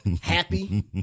happy